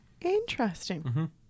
Interesting